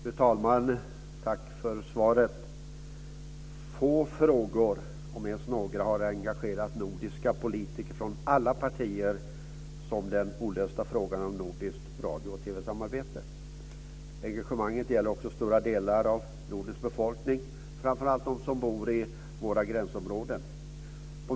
Fru talman! Tack för svaret! Få frågor - om ens några - har engagerat nordiska politiker från alla partier som den olösta frågan om nordiskt radio och TV-samarbete. Engagemanget gäller också stora delar av Nordens befolkning, framför allt dem som bor i våra gränsområden.